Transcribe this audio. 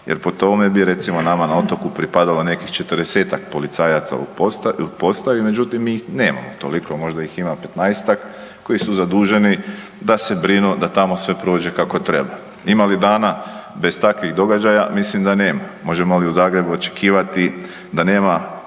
Jer po tome bi recimo nama na otoku pripadalo nekih 40-tak policajaca u postaji, međutim mi ih nemamo toliko. Možda ih ima 15-tak koji su zaduženi da se brinu da tamo sve prođe kako treba. Ima li dana bez takvih događaja? Mislim da nema. Možemo li u Zagrebu očekivati da nema